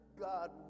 God